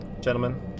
Gentlemen